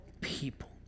people